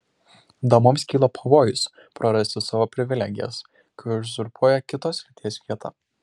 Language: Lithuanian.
damoms kyla pavojus prarasti savo privilegijas kai uzurpuoja kitos lyties vietą